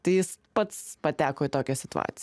tai jis pats pateko į tokią situaciją